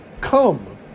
Come